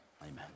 Amen